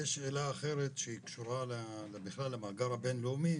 שאלה אחרת, שהיא קשורה למאגר הבינלאומי,